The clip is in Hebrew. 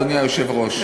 אדוני היושב-ראש,